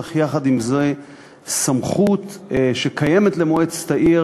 אך יחד עם זה סמכות שקיימת למועצת העיר